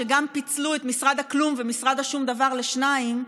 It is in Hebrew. שגם פיצלו את משרד הכלום ומשרד השום-דבר לשניים,